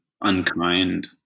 unkind